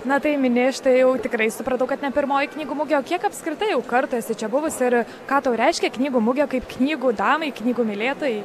na tai minėjai šita jau tikrai supratau kad ne pirmoji knygų mugė o kiek apskritai jau kartą esi čia buvusi ir ką tau reiškia knygų mugė kaip knygų damai knygų mylėtojai